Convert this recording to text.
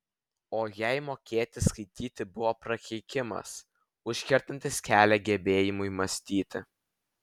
o jai mokėti skaityti buvo prakeikimas užkertantis kelią gebėjimui mąstyti